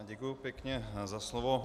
Děkuji pěkně za slovo.